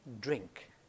drink